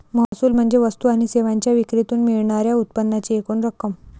महसूल म्हणजे वस्तू आणि सेवांच्या विक्रीतून मिळणार्या उत्पन्नाची एकूण रक्कम